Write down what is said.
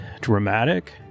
dramatic